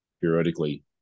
periodically